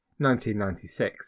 1996